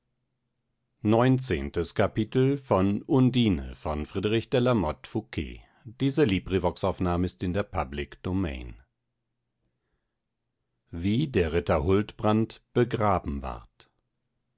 wie der ritter huldbrand begraben ward